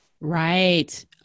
Right